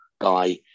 guy